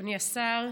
אדוני השר,